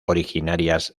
originarias